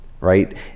right